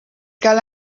cal